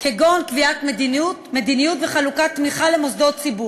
קביעת מדיניות תרבות למדינת ישראל,